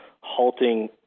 halting